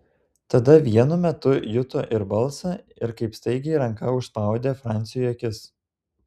tada vienu metu juto ir balsą ir kaip staigiai ranka užspaudė franciui akis